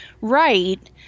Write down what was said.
right